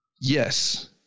Yes